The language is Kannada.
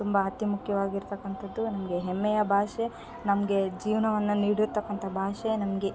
ತುಂಬ ಅತಿ ಮುಖ್ಯವಾಗಿರ್ತಕ್ಕಂಥದ್ದು ನಮಗೆ ಹೆಮ್ಮೆಯ ಭಾಷೆ ನಮಗೆ ಜೀವನವನ್ನ ನೀಡಿರ್ತಕ್ಕಂಥ ಭಾಷೆ ನಮಗೆ